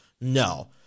No